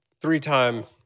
three-time